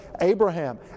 Abraham